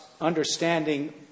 understanding